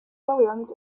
williams